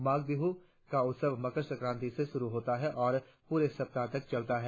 माघ बिहु का उत्सव मकर संक्रांति से शुरु होता है और पूरे सप्ताह तक चलता है